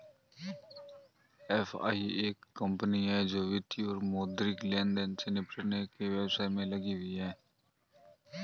FI एक company है जो वित्तीय और मौद्रिक लेनदेन से निपटने के व्यवसाय में लगी हुई है